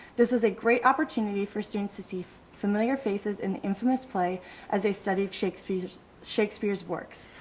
this is a great opportunity for students to see familiar faces in the infamous play as they studied shakespeare's shakespeare's works.